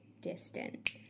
distant